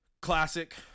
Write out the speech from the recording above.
Classic